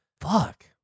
Fuck